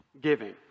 giving